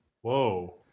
whoa